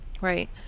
right